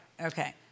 okay